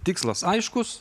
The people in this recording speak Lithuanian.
tikslas aiškus